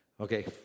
Okay